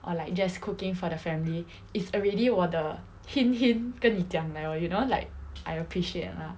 or like just cooking for the family is already 我的 hint hint 跟你讲 liao you know like I appreciate lah